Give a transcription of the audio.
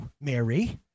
Mary